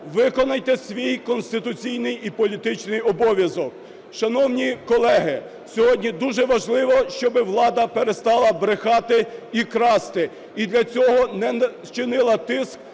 виконайте свій конституційний і політичний обов'язок! Шановні колеги, сьогодні дуже важливо, щоб влада перестала брехати і красти. І для цього не чинила тиск